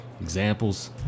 examples